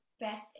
best